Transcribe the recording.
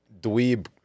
dweeb